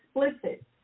explicit